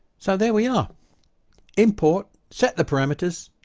so there we are import, set the parameters,